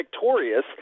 victorious